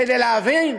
כדי להבין,